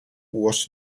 was